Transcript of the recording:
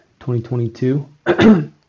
2022